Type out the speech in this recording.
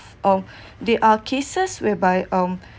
um there are cases whereby um